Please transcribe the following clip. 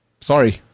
sorry